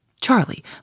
Charlie